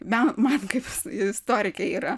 bent man kaip istorikei yra